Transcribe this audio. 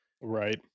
Right